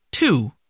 Two